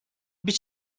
bir